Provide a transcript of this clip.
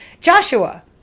Joshua